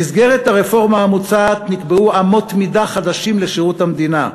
במסגרת הרפורמה המוצעת נקבעו אמות מידה חדשות לשירות המדינה.